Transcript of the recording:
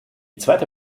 zweite